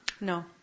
No